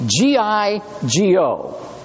G-I-G-O